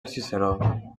ciceró